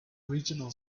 regional